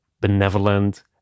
benevolent